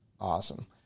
Awesome